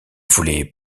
voulait